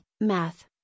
math